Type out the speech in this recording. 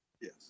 Yes